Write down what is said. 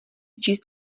číst